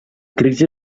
crisi